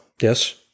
Yes